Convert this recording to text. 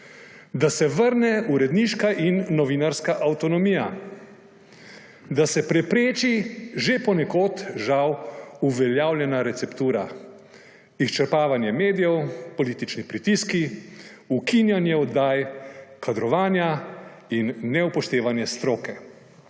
da se vrne uredniška in novinarska avtonomija, da se preprečiponekod žal že uveljavljena receptura: izčrpavanje medijev, politični pritiski, ukinjanje oddaj, kadrovanja in neupoštevanje stroke.